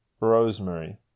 rosemary